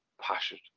passion